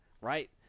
right